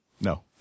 No